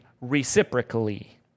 reciprocally